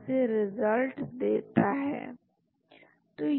angiotensin को बदलने से रोकती है और इस प्रकार ब्लड प्रेशर को बढ़ने से रोकते हैं